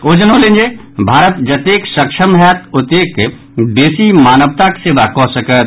ओ जनौलनि जे भारत जतेक सक्षम होयत ओतेक बेसी मानवताक सेवा कऽ सकत